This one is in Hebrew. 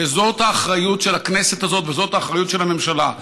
וזו האחריות של הכנסת הזאת וזו האחריות של הממשלה.